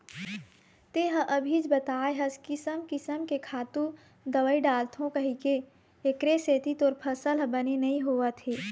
तेंहा अभीच बताए हस किसम किसम के खातू, दवई डालथव कहिके, एखरे सेती तोर फसल ह बने नइ होवत हे